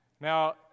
Now